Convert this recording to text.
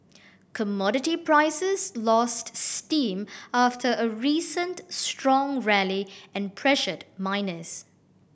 commodity prices lost steam after a recent strong rally and pressured miners